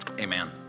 amen